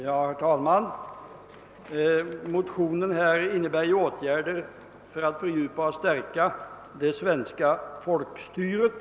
Herr talman! I de motioner som behandlas i konstitutionsutskottets utlåtande nr 30 föreslås åtgärder för att fördjupa och stärka det svenska folkstyret.